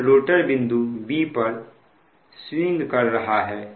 अब रोटर बिंदु b पर स्विंग कर रहा है यहां एंगल δ2 है